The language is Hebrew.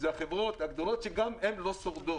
אלה החברות הגדולות שגם הן לא שורדות.